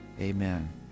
amen